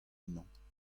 ennañ